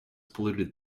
polluted